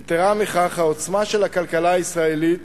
יתירה מכך, העוצמה של הכלכלה הישראלית